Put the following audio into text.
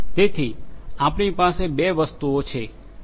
તેથી આપણી પાસે 2 વસ્તુઓ છે